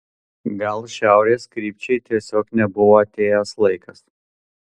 gal šiaurės krypčiai tiesiog nebuvo atėjęs laikas